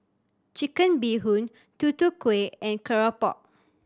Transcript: Chicken Bee Hoon Tutu Kueh and keropok